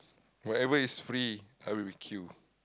whatever it's free I will queue